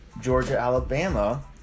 Georgia-Alabama